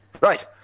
Right